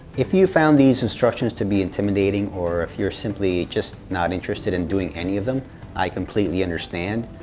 if you found these instructions to be intimidating, or if you are simply just not interested in doing any of them i completely understand.